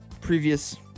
previous